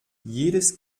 jedes